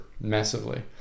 massively